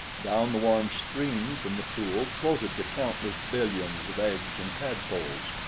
down the warm stream from the pool floated the countless billions of eggs and tadpoles,